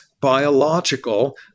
biological